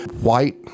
white